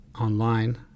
online